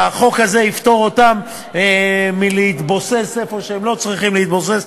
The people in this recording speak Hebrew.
החוק הזה יפטור אותם מלהתבוסס איפה שהם לא צריכים להתבוסס,